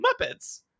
Muppets